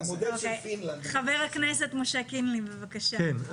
חבר הכנסת משה קינלי, בבקשה.